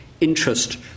interest